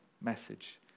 message